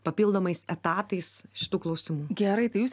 papildomais etatais šitų klausimų